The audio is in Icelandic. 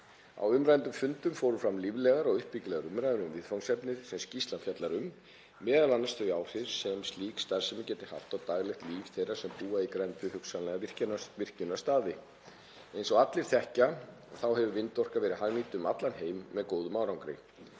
Á umræddum fundum fóru fram líflegar og uppbyggilegar umræður um viðfangsefnið sem skýrslan fjallar um, m.a. þau áhrif sem slík starfsemi gæti haft á daglegt líf þeirra sem búa í grennd við hugsanlega virkjunarstaði. Eins og allir þekkja hefur vindorka verið hagnýtt um allan heim með góðum árangri.